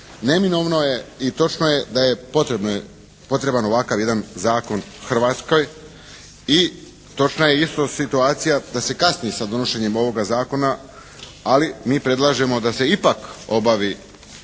neminovno je i točno je da je potrebno je, potreban jedan ovakav zakon Hrvatskoj i točna je isto situacija da se kasni sa donošenjem ovoga zakona. Ali mi predlažemo da se ipak obavi donošenje